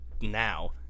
now